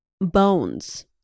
bones